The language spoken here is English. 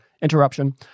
interruption